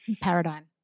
paradigm